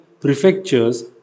prefectures